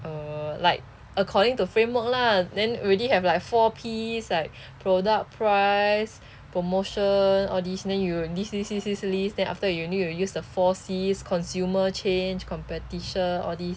err like according to framework lah then already have like four Ps like product price promotion all this then you will list list list list list then after that you need to use the four Cs consumer change competition all this